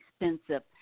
expensive